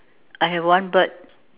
I have one bird